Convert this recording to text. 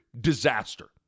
disaster